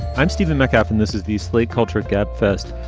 i'm stephen mackoff and this is the slate culture gabfest.